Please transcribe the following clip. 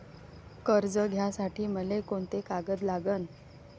कर्ज घ्यासाठी मले कोंते कागद लागन?